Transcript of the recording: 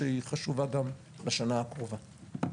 שחשובה גם בשנה הקרובה.